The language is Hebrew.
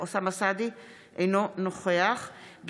אינו נוכח אוסאמה סעדי,